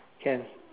can